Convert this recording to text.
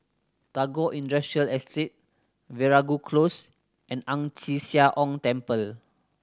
Tagore Industrial Estate Veeragoo Close and Ang Chee Sia Ong Temple